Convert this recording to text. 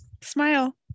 Smile